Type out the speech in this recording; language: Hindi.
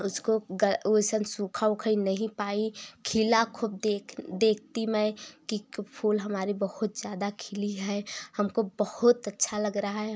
उसको ग उ अइसन सूखा उखा नहीं पाई खिला खूब देख देखती मैं कि फूल हमारी बहुत ज़्यादा खिली है हमको बहुत अच्छा लग रहा है हम